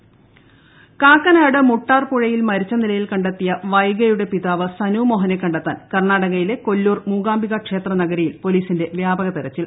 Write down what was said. വ്യാപക തെരച്ചിൽ കാക്കനാട് മുട്ടാർപുഴയിൽ മരിച്ച നിലയിൽ കണ്ടെത്തിയ വൈഗയുടെ പിതാവ് സനുമോഹനെ കണ്ടെത്താൻ കർണാടകയിലെ കൊല്ലൂർ മൂകാംബിക ക്ഷേത്ര നഗരിയിൽ പൊലീസിന്റെ വ്യാപക തെരച്ചിൽ